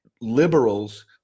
liberals